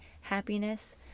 happiness